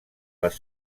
les